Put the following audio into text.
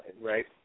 right